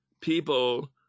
people